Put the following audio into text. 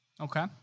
Okay